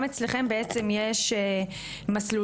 שגם אצלכם יש מסלולים,